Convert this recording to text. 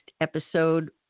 episode